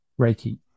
Reiki